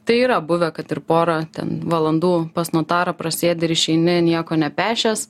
tai yra buvę kad ir porą valandų pas notarą prasėdi ir išeini nieko nepešęs